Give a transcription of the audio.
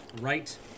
right